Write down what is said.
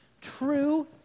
true